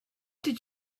did